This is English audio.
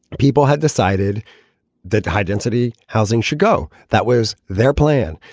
people had decided that high density housing should go. that was their plan.